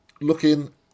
Looking